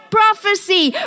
prophecy